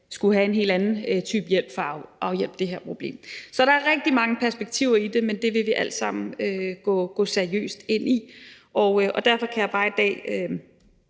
skulle have en helt anden type hjælp for at afhjælpe det her problem. Så der er rigtig mange perspektiver i det, men det vil vi alt sammen gå seriøst ind i. Og derfor kan jeg bare i dag